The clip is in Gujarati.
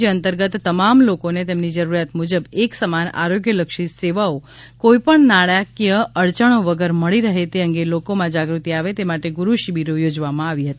જે અંતર્ગત તમામ લોકોને તેમની જરૂરિયાત મુજબ એક સમાન આરોગ્યલક્ષી સેવાઓ કોઇપણ નાણાંકીય અડયણો વગર મળી રહે તે અંગે લોકમાં જાગૃતિ આવે તે માટે ગુરુ શિબીરો યોજવામાં આવી હતી